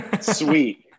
sweet